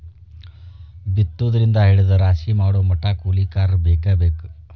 ಬಿತ್ತುದರಿಂದ ಹಿಡದ ರಾಶಿ ಮಾಡುಮಟಾನು ಕೂಲಿಕಾರರ ಬೇಕ ಬೇಕ